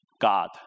God